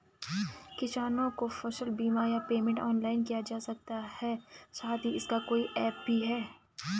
किसानों को फसल बीमा या पेमेंट ऑनलाइन किया जा सकता है साथ ही इसका कोई ऐप भी है?